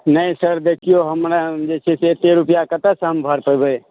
नहि सर देखियौ हम जे छै से एते रुपआ कतय सॅं हम भरि पेबै